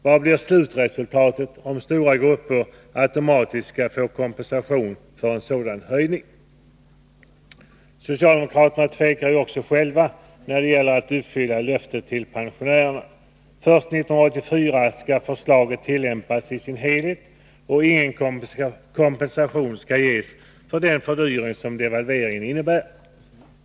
Vad blir slutresultatet om stora grupper automatiskt skall få kompensation för en sådan höjning? Socialdemokraterna tvekar ju också själva när det gäller att uppfylla löftet till pensionärerna. Först 1984 skall förslaget tillämpas i sin helhet, och ingen kompensation skall ges för den fördyring som devalveringen medför.